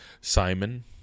Simon